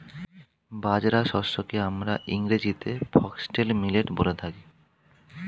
বাজরা শস্যকে আমরা ইংরেজিতে ফক্সটেল মিলেট বলে থাকি